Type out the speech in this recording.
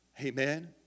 Amen